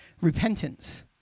repentance